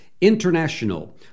International